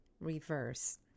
reverse